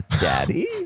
Daddy